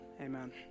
amen